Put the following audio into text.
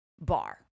bar